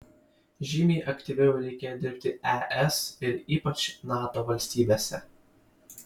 žymiai aktyviau reikia dirbti es ir ypač nato valstybėse